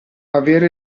avere